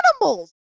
animals